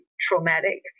traumatic